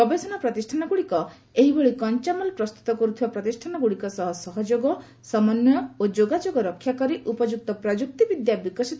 ଗବେଷଣା ପ୍ରତିଷ୍ଠାନଗୁଡିକ ଏହିଭଳି କଞ୍ଚାମାଲ ପ୍ରସ୍ତୁତ କରୁଥିବା ପ୍ରତିଷ୍ଠାନଗୁଡିକ ସହ ସହଯୋଗ ସମନ୍ୱୟ ଓ ଯୋଗାଯୋଗ ରକ୍ଷା କରି ଉପଯୁକ୍ତ ପ୍ରଯୁକ୍ତିବିଦ୍ୟା ବିକଶିତ କରିବା ଆବଶ୍ୟକ